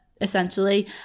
essentially